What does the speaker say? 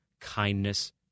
kindness